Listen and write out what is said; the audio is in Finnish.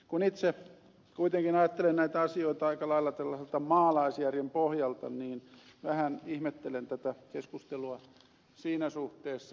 kun itse kuitenkin ajattelen näitä asioita aika lailla tällaisen maalaisjärjen pohjalta niin vähän ihmettelen tätä keskustelua siinä suhteessa